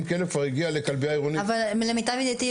אם כלב כבר הגיע לכלבייה עירונית --- למיטב ידעתי,